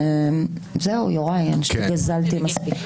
זהו, יוראי, אני חושבת שגזלתי מספיק.